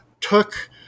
took